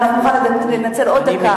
אבל אנחנו נוכל לנצל עוד דקה.